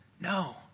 No